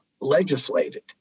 legislated